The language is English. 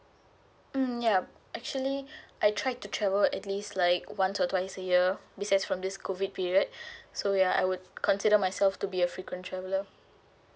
mm yup actually I tried to travel at least like once or twice a year besides from this COVID period so ya I would consider myself to be a frequent traveler